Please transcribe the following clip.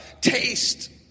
Taste